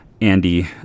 Andy